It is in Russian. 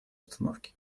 обстановки